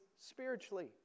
spiritually